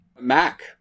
Mac